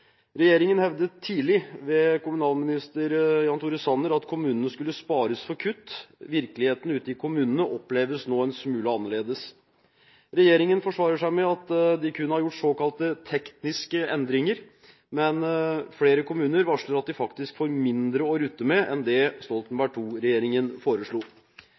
Regjeringen hevdet tidlig, ved kommunalminister Jan Tore Sanner, at kommunene skulle spares for kutt. Virkeligheten ute i kommunene oppleves nå en smule annerledes. Regjeringen forsvarer seg med at de kun har gjort såkalte tekniske endringer, men flere kommuner varsler at de faktisk får mindre å rutte med enn det Stoltenberg II-regjeringen foreslo.